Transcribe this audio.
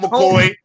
McCoy